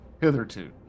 Hitherto